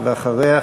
ואחריה,